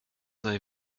sei